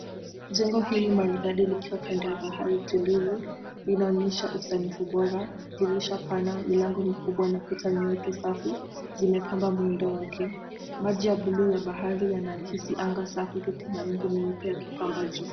Jengo hili maridadi likiwa kando ya bahari tulivu inaonyesha usanifu bora, dirisha pana, milango mikubwa na kuta nyeupe safi zimepamba muundo wake. Maji ya buluu ya bahari yana kisi anga safi huku mawingu meupe yakipamba juu.